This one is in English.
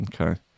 Okay